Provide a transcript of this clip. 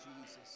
Jesus